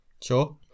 Sure